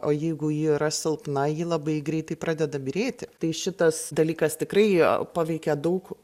o jeigu ji yra silpna ji labai greitai pradeda byrėti tai šitas dalykas tikrai paveikia daug